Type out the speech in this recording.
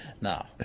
Now